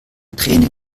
träne